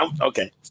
okay